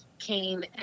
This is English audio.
came